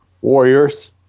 Warriors